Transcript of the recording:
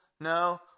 No